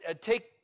take